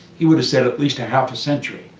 he would've said at least a half a century.